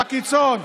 בקיצון,